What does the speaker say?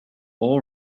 all